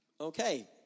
Okay